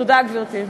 תודה, גברתי.